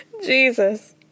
Jesus